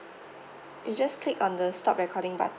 you just click on the stop recording button